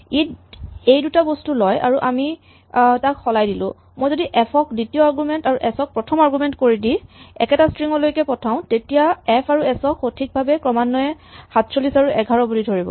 ই এই দুটা বস্তু লয় আৰু মই তাক সলাই দিলো যদি মই এফ ক দ্বিতীয় আৰগুমেন্ট আৰু এচ ক প্ৰথম আৰগুমেন্ট কৰি দি একেটা স্ট্ৰিং লৈকে পঠাও তেতিয়া এফ আৰু এচ ক সঠিকভাৱে ক্ৰমান্বয়ে ৪৭ আৰু ১১ বুলি ধৰিব